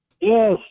Yes